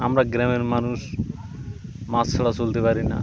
আমরা গ্রামের মানুষ মাছ ছাড়া চলতে পারি না